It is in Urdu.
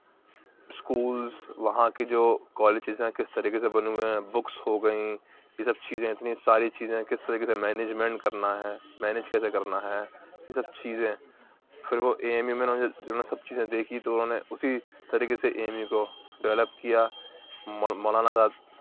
اسکولس وہاں کے جو کالجیز ہیں کس طریقے سے بنے ہوئے ہیں بکس ہو گئیں یہ سب چیزیں اتنی ساری چیزیں کس طریقے سے مینجمنٹ کرنا ہے مینج کیسے کرنا ہے یہ سب چیزیں پھر وہ اے ایم یو میں اُنہوں نے یہ سب چیزیں دیكھیں تو اُنہوں نے اُسی طریقے سے اے ایم یو کو ڈیولپ کیا مول مولانا آزاد